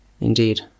indeed